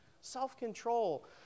self-control